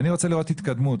אני רוצה לראות התקדמות.